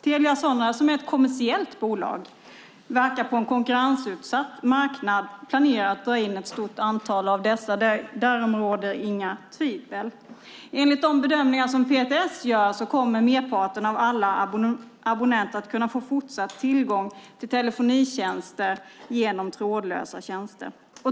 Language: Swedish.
Telia Sonera, som är ett kommersiellt bolag, verkar på en konkurrensutsatt marknad och planerar att dra in ett stort antal av dessa; därom råder inget tvivel. Enligt PTS bedömningar kommer merparten av alla abonnenter att fortsatt kunna få tillgång till telefonitjänster genom trådlösa tjänster.